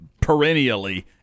perennially